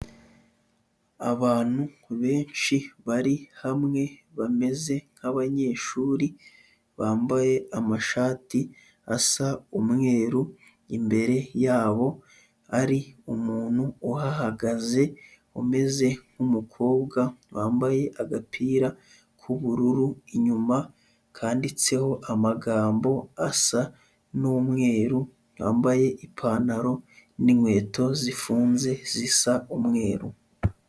Abantu benshi bari hamwe bameze nk'abanyeshuri, bambaye amashati asa umweru, imbere yabo hari umuntu uhahagaze umeze nk'umukobwa wambaye agapira k'ubururu, inyuma kanditseho amagambo asa n'umweru, wambaye ipantaro n'inkweto zifunze zisa umweru.